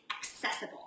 accessible